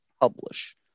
publish